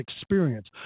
experience